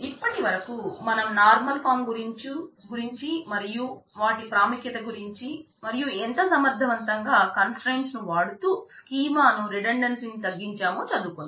ఇప్పటి వరకు మనం నార్మల్ ఫాం చేయాలో చదువుకున్నాం